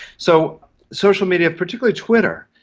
so social media, particularly twitter,